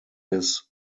his